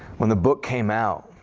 when the book came out,